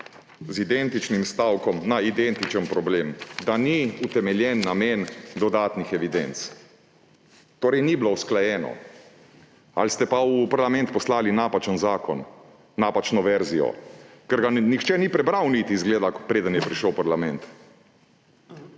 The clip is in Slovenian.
z identičnim stavkom na identičen problem – da ni utemeljen namen dodatnih evidenc. Torej ni bilo usklajeno ali ste pa v parlament poslali napačen zakon, napačno verzijo. Ker izgleda, da ga nihče ni niti prebral, preden je prišel v parlament.